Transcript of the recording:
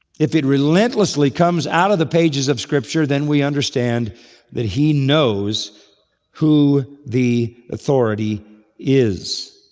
if it relentlessly comes out of the pages of scripture, then we understand that he knows who the authority is.